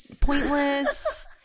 Pointless